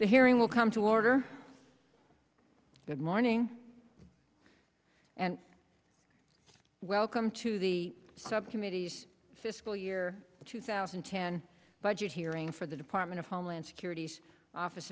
hearing will come to order good morning and welcome to the subcommittee fiscal year two thousand and ten budget hearing for the department of homeland security's office